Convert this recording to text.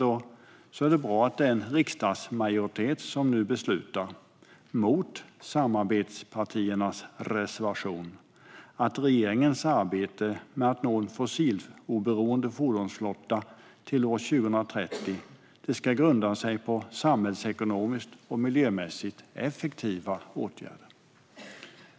Det är bra att det är en riksdagsmajoritet som nu beslutar, mot samarbetspartiernas reservation, att regeringens arbete med att nå en fossiloberoende fordonsflotta till år 2030 ska grunda sig på samhällsekonomiskt och miljömässigt effektiva åtgärder.